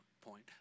point